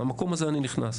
מהמקום הזה אני נכנס.